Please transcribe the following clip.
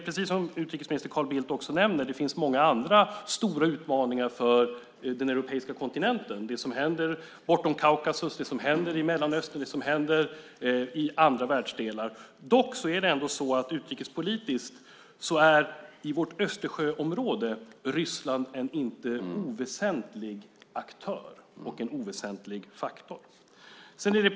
Precis som utrikesminister Carl Bildt nämner finns det också många andra stora utmaningar för den europeiska kontinenten - det som händer bortom Kaukasus, det som händer i Mellanöstern, det som händer i andra världsdelar. Dock är det så att Ryssland utrikespolitiskt inte är en oväsentlig aktör eller oväsentlig faktor i vårt Östersjöområde.